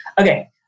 Okay